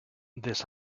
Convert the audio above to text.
this